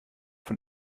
von